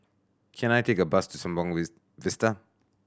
can I take a bus to Sembawang Vista